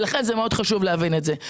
לכן, מאוד חשוב להבין את זה.